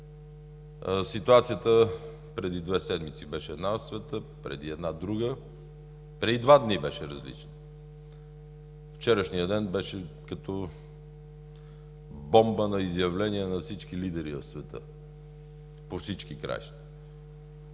Ситуацията преди две седмици беше една в света, преди една – друга, преди два дни беше различна. Вчерашният ден беше като бомба на изявления на всички лидери в света по всички краища.